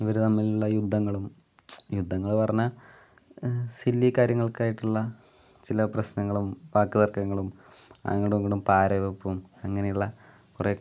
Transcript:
ഇവർ തമ്മിലുള്ള യുദ്ധങ്ങളും യുദ്ധങ്ങൾ പറഞ്ഞാൽ സില്ലി കാര്യങ്ങൾക്കായിട്ടുള്ള ചില പ്രശ്നങ്ങളും വാക്ക് തർക്കങ്ങളും അങ്ങടും ഇങ്ങടും പാരവെപ്പും അങ്ങനെയുള്ള കുറേ